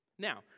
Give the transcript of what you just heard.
Now